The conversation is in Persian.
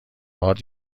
هات